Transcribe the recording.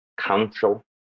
Council